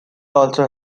also